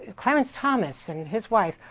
ah clarence thomas and his wife,